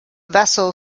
vessel